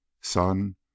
Son